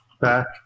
Back